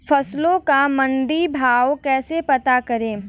फसलों का मंडी भाव कैसे पता करें?